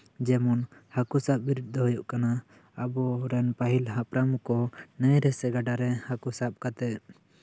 ᱡᱮᱢᱚᱱ ᱦᱟᱹᱠᱩ ᱥᱟᱵ ᱵᱤᱨᱤᱫ ᱫᱚ ᱦᱩᱭᱩᱜ ᱠᱟᱱᱟ ᱟᱵᱚᱨᱮᱱ ᱯᱟᱦᱤᱞ ᱦᱟᱯᱲᱟᱢ ᱠᱚ ᱱᱟᱹᱭ ᱨᱮᱥᱮ ᱜᱟᱰᱟᱨᱮ ᱦᱟᱹᱠᱩ ᱥᱟᱵ ᱠᱟᱛᱮᱜ